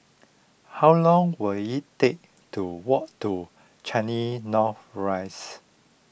how long will it take to walk to Changi North Rise